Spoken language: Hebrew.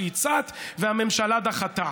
שהצעת והממשלה דחתה.